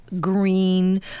green